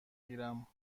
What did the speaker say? گیرم